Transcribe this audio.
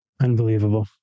Unbelievable